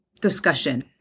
discussion